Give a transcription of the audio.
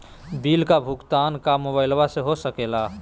Bill का भुगतान का मोबाइलवा से हो सके ला?